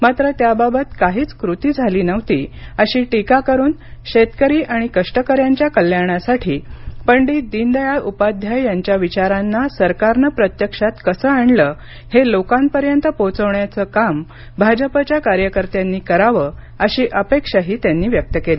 मात्र त्याबाबत काहीच कृती झाली नव्हती अशी टीका करून शेतकरी आणि कष्टकऱ्यांच्या कल्याणासाठी पंडीत दीनदयाळ उपाध्याय यांच्या विचारांना सरकारने प्रत्यक्ष्यात कसे आणले हे लोकांपर्यंत पोहोचवण्याचे काम भाजपच्या कार्यकर्त्यांनी करावं अशी अपेक्षाही त्यांनी केली